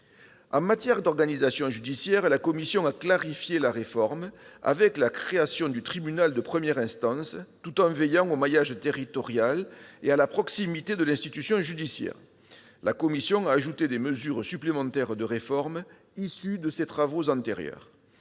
En matière d'organisation judiciaire, la commission a clarifié la réforme, avec la création du tribunal de première instance, tout en veillant au maillage territorial et à la proximité de l'institution judiciaire. Enfin, la commission a ajouté des mesures supplémentaires de réforme, issues de ses travaux antérieurs.